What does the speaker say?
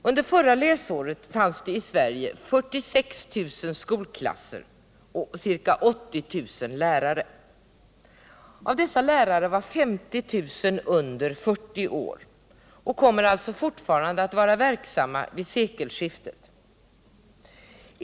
Under förra läsåret fanns det i Sverige 46 000 skolklasser och ca 80 000 lärare. Av dessa lärare var 50 000 under 40 år och kommer alltså fortfarande att vara verksamma vid sekelskiftet.